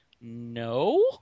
no